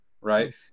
right